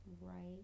Right